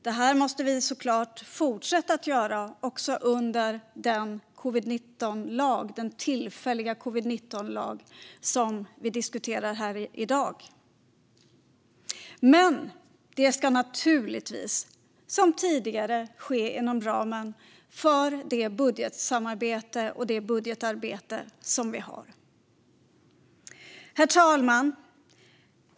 Det här måste vi såklart fortsätta att göra också under den tillfälliga covid-19-lag som vi diskuterar här i dag. Men det ska naturligtvis, som tidigare, ske inom ramen för det budgetsamarbete och det budgetarbete som vi har. Herr talman!